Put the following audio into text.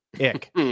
Ick